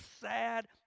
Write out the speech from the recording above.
sad